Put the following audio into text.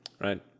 Right